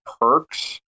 perks